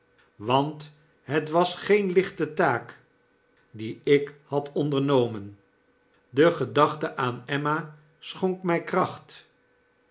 want het was geen lichte taak die ik had ondernomen de gedachte aan emma schonk mij kracht